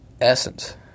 essence